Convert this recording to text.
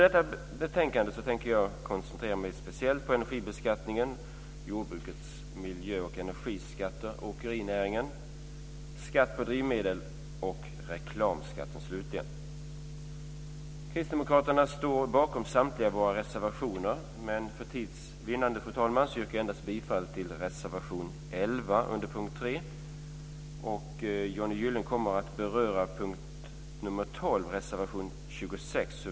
I detta betänkande tänker jag koncentrera mig speciellt på energibeskattningen, jordbrukets miljöoch energiskatter, åkerinäringen, skatt på drivmedel och slutligen reklamskatten. Kristdemokraterna står bakom samtliga sina reservationer, men för tids vinnande yrkar jag endast bifall till reservation 11 under punkt 3. Johnny Gylling kommer att beröra punkt 12, reservation 26.